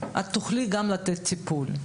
את תוכלי גם לתת טיפול.